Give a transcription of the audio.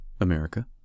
America